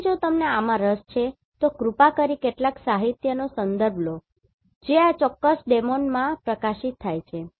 તેથી જો તમને આમાં રસ છે તો કૃપા કરીને કેટલાક સાહિત્યનો સંદર્ભ લો જે આ ચોક્કસ ડોમેનમાં પ્રકાશિત થાય છે